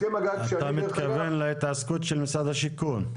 אתה מתכוון להתעסקות של משרד השיכון.